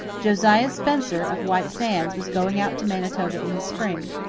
josiah spencer, of white sands, was going out to manitoba in the spring.